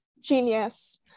genius